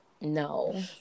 no